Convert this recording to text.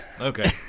Okay